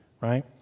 right